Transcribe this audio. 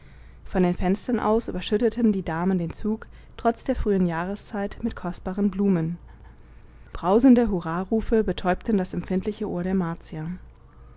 von den fenstern aus überschütteten die damen den zug trotz der frühen jahreszeit mit kostbaren blumen brausende hurrarufe betäubten das empfindliche ohr der